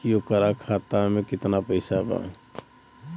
की ओकरा खाता मे कितना पैसा बा?